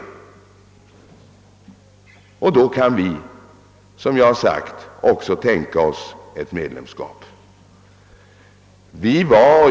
Under sådana förhållanden kan vi, såsom jag framhållit, också tänka oss ett medlemskap.